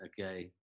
okay